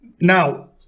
Now